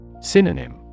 Synonym